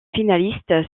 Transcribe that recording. finalistes